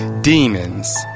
demons